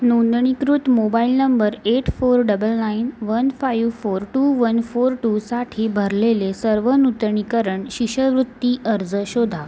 नोंदणीकृत mobile number eight four double nine one five four two one four टूसाठी भरलेले सर्व नूतनीकरण शिष्यवृत्ती अर्ज शोधा